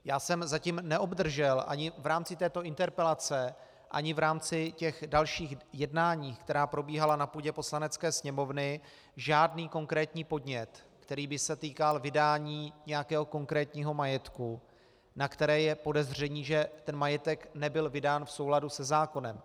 Já jsem zatím neobdržel, ani v rámci této interpelace, ani v rámci dalších jednání, která probíhala na půdě Poslanecké sněmovny, žádný konkrétní podnět, který by se týkal vydání nějakého konkrétního majetku, kde je podezření, že ten majetek nebyl vydán v souladu se zákonem.